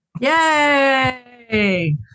Yay